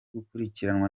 gukurikiranwa